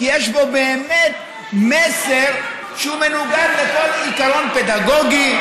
כי יש בו באמת מסר שמנוגד לכל עיקרון פדגוגי,